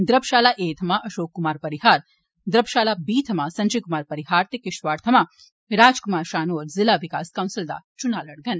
ड्राबशाला A थमां अशोक कुमार परिहार ड्राबशाला B थमां संजय कुमार परिहार ते किश्तवाड़ थमां राज कुमार शाह होर जिला विकास कोंसल दा चुनां लड़गंन